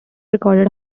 recorded